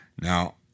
Now